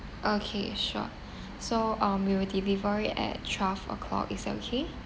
okay sure so um we will delivery it at twelve o'clock is that okay